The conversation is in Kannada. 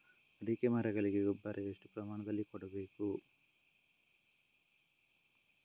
ಅಡಿಕೆ ಮರಗಳಿಗೆ ಗೊಬ್ಬರ ಎಷ್ಟು ಪ್ರಮಾಣದಲ್ಲಿ ಕೊಡಬೇಕು?